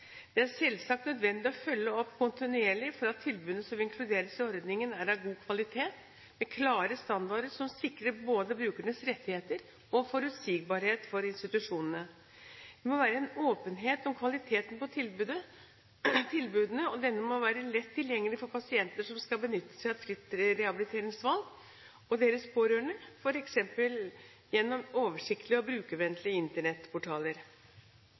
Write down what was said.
Det er selvsagt nødvendig å følge opp kontinuerlig for at tilbudene som inkluderes i ordningen, er av god kvalitet, med klare standarder som sikrer både brukernes rettigheter og forutsigbarhet for institusjonene. Det må være en åpenhet om kvaliteten på tilbudene, og denne må være lett tilgjengelig for pasienter som skal benytte seg av fritt rehabiliteringsvalg, og for deres pårørende, f.eks. gjennom oversiktlige og